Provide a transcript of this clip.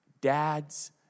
dads